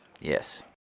Yes